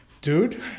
dude